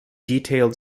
detailed